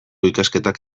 ikasketak